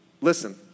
listen